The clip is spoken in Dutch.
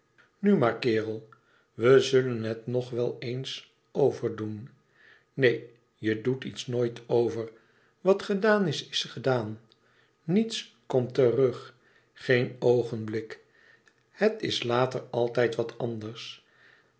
nu maar kerel we zullen het nog wel eens over doen neen je doet iets nooit over wat gedaan is is gedaan niets komt terug geen oogenblik het is later altijd wat anders